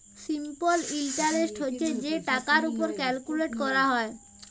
simple interest হছে যে টাকার উপর ক্যালকুলেট ক্যরা হ্যয়